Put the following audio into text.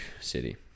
City